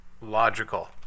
logical